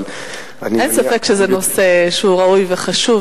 אבל, אין ספק שזה נושא שהוא ראוי וחשוב.